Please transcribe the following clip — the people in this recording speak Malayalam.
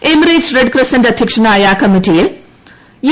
എമിറേറ്റ്സ് റെഡ് ക്രസന്റ് അദ്ധ്യക്ഷനായ കമ്മിറ്റിയിൽ യു